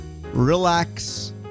relax